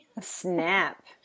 Snap